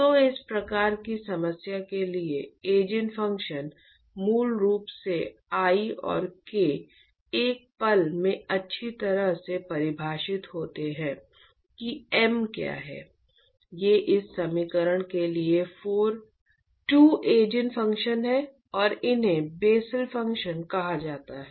तो इस प्रकार की समस्या के लिए ईजेन फ़ंक्शन मूल रूप से I और K एक पल में अच्छी तरह से परिभाषित होते हैं कि m क्या है ये इस समीकरण के लिए 2 ईजेन फ़ंक्शन हैं और इन्हें बेसेल फंक्शन कहा जाता है